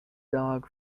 dog